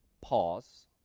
pause